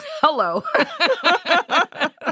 Hello